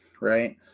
right